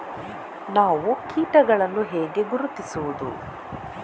ನಾವು ಕೀಟಗಳನ್ನು ಹೇಗೆ ಗುರುತಿಸುವುದು?